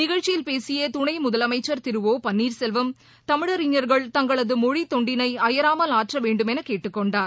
நிகழ்ச்சியில் பேசிய துணை முதலமைச்ச் திரு ஓ பன்னீர்செல்வம் தமிழறிஞர்கள் தங்களது மொழித் தொண்டினை அயராமல் ஆற்ற வேண்டுமென கேட்டுக் கொண்டார்